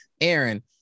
Aaron